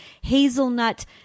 hazelnut